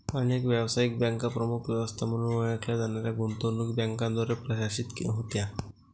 अनेक व्यावसायिक बँका प्रमुख व्यवस्था म्हणून ओळखल्या जाणाऱ्या गुंतवणूक बँकांद्वारे प्रशासित होत्या